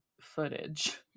footage